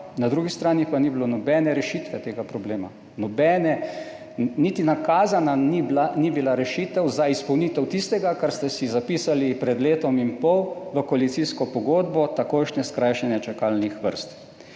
na drugi strani pa ni bilo nobene rešitve tega problema, nobene, niti nakazana ni bila rešitev za izpolnitev tistega, kar ste si zapisali pred letom in pol v koalicijsko pogodbo, takojšnje skrajšanje čakalnih vrst.